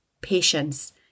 patience